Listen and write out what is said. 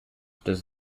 does